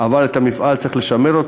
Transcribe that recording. אבל את המפעל צריך לשמר,